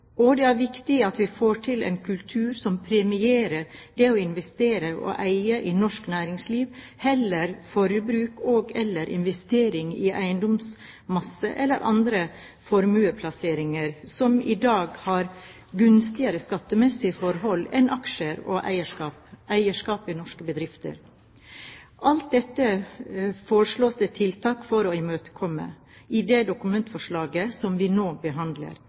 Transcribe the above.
Og det er viktig at vi får til en kultur som premierer det å investere og eie i norsk næringsliv heller enn forbruk og/eller investering i eiendomsmasse eller andre formuesplasseringer som i dag har gunstigere skattemessige forhold enn aksjer og eierskap i norske bedrifter. Alt dette foreslås det tiltak for å imøtekomme i det dokumentforslaget som vi nå behandler.